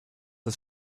das